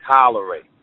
tolerate